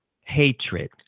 hatred